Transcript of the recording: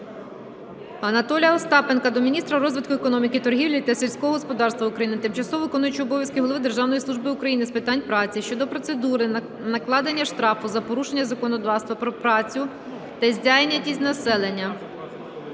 Анатолія Остапенка до міністра розвитку економіки, торгівлі та сільського господарства України, тимчасово виконуючого обов'язки голови Державної служби України з питань праці щодо процедури накладення штрафу за порушення законодавства про працю та зайнятість населення.